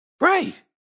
Right